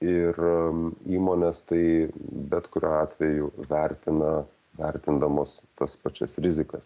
ir įmonės tai bet kuriuo atveju vertina vertindamos tas pačias rizikas